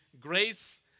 grace